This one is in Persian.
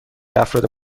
افراد